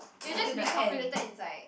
it'll just be calculated inside